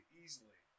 easily